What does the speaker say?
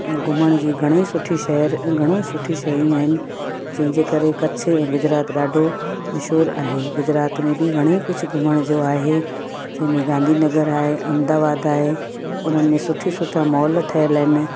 ऐं घुमण जी घणेई सुठी शहर घणो सुठी शयूं आहिनि जंहिंजे करे कच्छ ऐं गुजरात ॾाढो मशहूरु आहे गुजरात में बि घणेई कुझु घुमण जो आहे जंहिंमें गांधी नगर आहे अहमदाबाद आहे उन्हनि में सुठियूं सुठा मॉल ठहियलु आहिनि